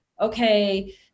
okay